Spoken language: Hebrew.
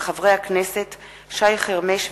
מאת חברי הכנסת יעקב